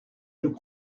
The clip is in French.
nous